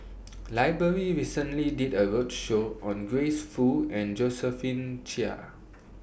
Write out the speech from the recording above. Library recently did A roadshow on Grace Fu and Josephine Chia